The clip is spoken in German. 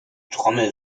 trommel